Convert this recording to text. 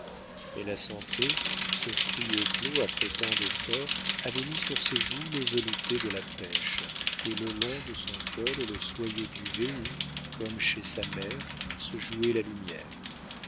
mais la santé ce fruit éclos après tant d'efforts avait mis sur ses joues le velouté de la pêche et le long de son col le soyeux duvet où comme chez sa mère se jouait la lumière